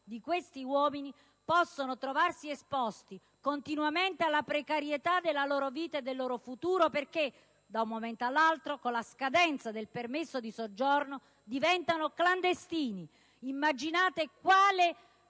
di questi uomini possono trovarsi esposti continuamente alla precarietà della loro vita e del loro futuro, perché da un momento all'altro, con la scadenza del permesso di soggiorno, diventano clandestini. Immaginate quale